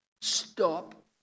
Stop